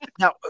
Now